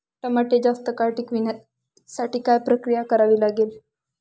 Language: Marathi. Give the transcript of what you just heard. टमाटे जास्त काळ टिकवण्यासाठी काय प्रक्रिया करावी लागेल?